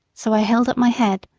so i held up my head,